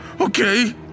Okay